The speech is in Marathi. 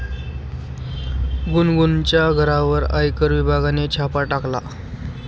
गुनगुनच्या घरावर आयकर विभागाने छापा टाकला